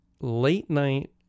late-night